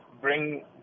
bring